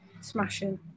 Smashing